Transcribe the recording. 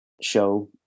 show